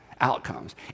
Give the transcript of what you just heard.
outcomes